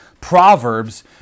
Proverbs